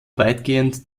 weitgehend